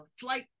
flight